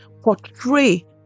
portray